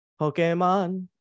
Pokemon